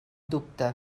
dubte